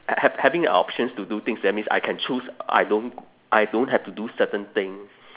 ha~ having the options to do things that means I can choose I don't I don't have to do certain thing